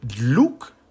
look